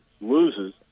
loses